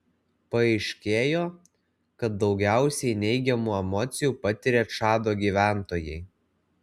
paaiškėjo kad daugiausiai neigiamų emocijų patiria čado gyventojai